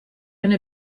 and